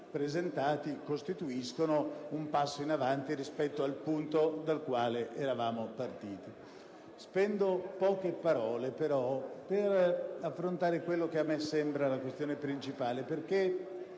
presentati costituiscono un passo in avanti rispetto al punto dal quale eravamo partiti. Spendo poche parole, però, per affrontare quella che credo sia la questione principale, perché